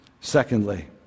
Secondly